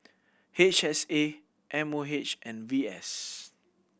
H S A M O H and V S